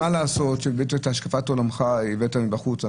מה לעשות שאת השקפת עולמך הבאת מבחוץ?